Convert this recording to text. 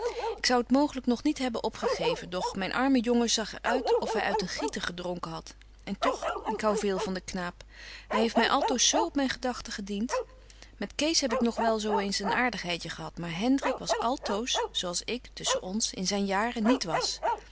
ik zou t mooglyk nog niet hebben opgegeven doch myn arme jongen zag er uit of hy uit een gieter gedronken hadt en toch ik hou veel van den knaap hy heeft my altoos zo op myn gedagten gedient met kees heb ik nog wel zo eens een aartigheidje gehad maar hendrik was altoos zo als ik tusschen ons in zyn jaren niet was